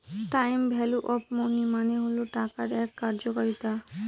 time value of money মানে হল টাকার এক কার্যকারিতা